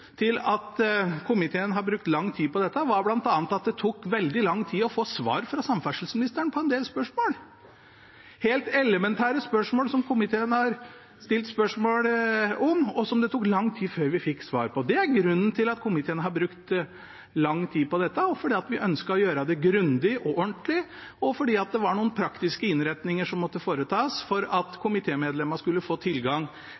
til at komiteen har brukt lang tid på dette, er bl.a. at det tok veldig lang tid å få svar fra samferdselsministeren på en del spørsmål – helt elementære spørsmål som komiteen har stilt, og som det tok lang tid før vi fikk svar på. Det er grunnen til at komiteen har brukt lang tid på dette, og fordi vi ønsket å gjøre det grundig og ordentlig, og fordi det var noen praktiske innretninger som måtte foretas for at komitémedlemmene skulle få tilgang